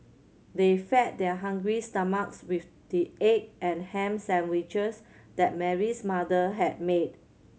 they fed their hungry stomachs with the egg and ham sandwiches that Mary's mother had made